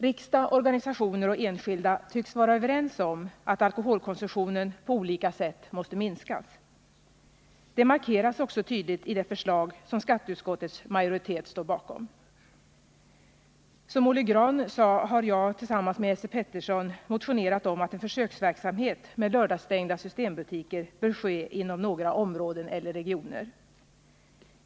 Riksdag, organisationer och enskilda tycks vara överens om att alkoholkonsumtionen på olika sätt måste minskas. Detta markeras också tydligt i det förslag som skatteutskottets majoritet står bakom. Som Olle Grahn sade har jag tillsammans med Esse Petersson motionerat om att en försöksverksamhet med lördagsstängda systembutiker skall ske inom några områden eller regioner.